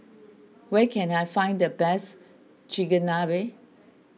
where can I find the best Chigenabe